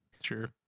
Sure